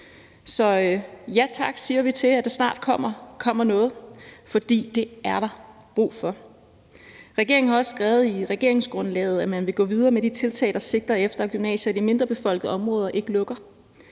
Så vi siger ja tak til, at der snart kommer noget, for det er der brug for. Regeringen har også skrevet i regeringsgrundlaget, at man vil gå videre med de tiltag, der sigter efter, at gymnasier i de mindre befolkede områder ikke lukker.